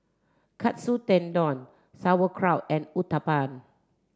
Katsu Tendon Sauerkraut and Uthapam